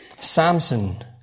Samson